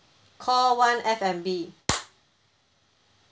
call one f and b